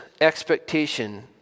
expectation